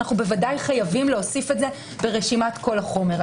אנו ודאי חייבים להוסיף את זה ברשימת כל החומר.